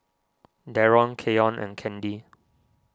Darron Keyon and Candy